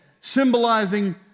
symbolizing